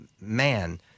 man